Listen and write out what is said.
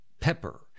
pepper